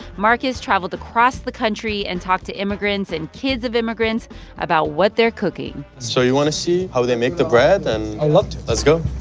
marcus traveled across the country and talked to immigrants and kids of immigrants about what they're cooking so you want to see how they make the bread and. i'd love to let's go